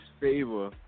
favor